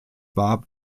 war